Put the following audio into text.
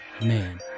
man